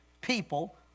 people